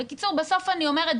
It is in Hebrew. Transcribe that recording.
בקיצור בסוף אני אומרת,